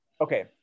okay